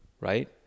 right